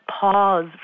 pause